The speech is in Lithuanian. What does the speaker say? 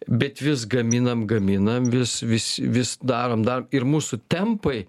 bet vis gaminam gaminam vis vis vis darom dar ir mūsų tempai